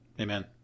Amen